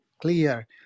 clear